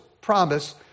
promise